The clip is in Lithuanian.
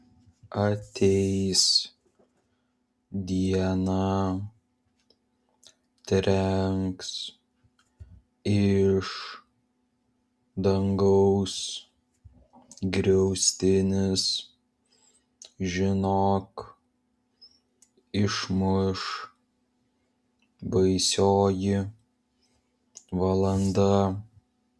ateis diena trenks iš dangaus griaustinis žinok išmuš baisioji valanda